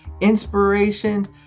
inspiration